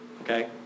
okay